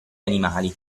animali